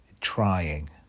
trying